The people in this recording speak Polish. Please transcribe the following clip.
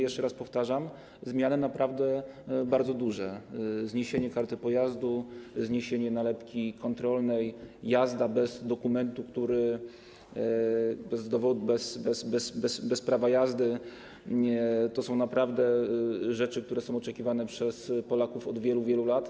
Jeszcze raz powtarzam, że zmiany są naprawdę bardzo duże: zniesienie karty pojazdu, zniesienie nalepki kontrolnej, jazda bez dokumentu, bez prawa jazdy - to są naprawdę rzeczy, które są oczekiwane przez Polaków od wielu, wielu lat.